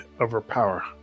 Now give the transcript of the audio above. Overpower